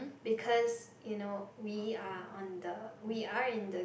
because you know we are on the we are in the